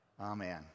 Amen